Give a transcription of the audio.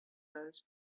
those